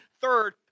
third